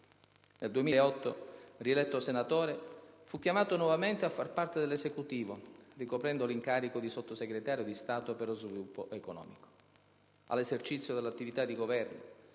Nel 2008, rieletto senatore, fu chiamato nuovamente a far parte dell'Esecutivo, ricoprendo l'incarico di Sottosegretario di Stato per lo sviluppo economico. All'esercizio dell'attività di governo